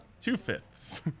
two-fifths